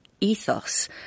ethos